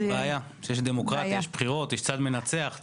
זו בעיה שיש דמוקרטיה, יש בחירות, יש צד מנצח.